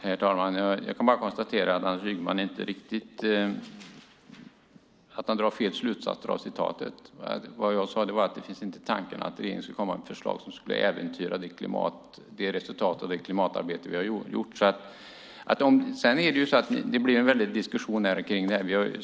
Herr talman! Jag kan bara konstatera att Anders Ygeman drar fel slutsatser av vad jag sade. Vad jag sade var att det inte finns i tanken att regeringen skulle komma med ett förslag som skulle äventyra resultatet av det klimatarbete som vi har gjort. Sedan är det ju så att det blivit en väldig diskussion kring det här.